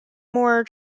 more